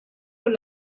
con